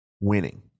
Winning